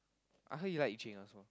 I heard he like Yi Ching also